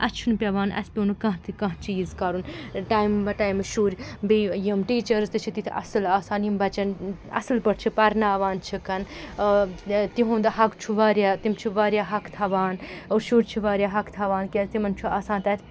اَسہِ چھُنہٕ پٮ۪وان اَسہِ پیوٚو نہٕ کانٛہہ تہِ کانٛہہ چیٖز کَرُن ٹایمہٕ بَہ ٹایمہٕ شُرۍ بیٚیہِ یِم ٹیٖچٲرٕس تہِ چھِ تِتھۍ اَصٕل آسان یِم بَچَن اَصٕل پٲٹھۍ چھِ پَرناوان چھِکھ بیٚیہِ تِہُنٛد حق چھُ واریاہ تِم چھِ واریاہ حق تھاوان شُرۍ چھِ واریاہ حق تھاوان کیٛازِ تِمَن چھُ آسان تَتہِ